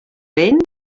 vent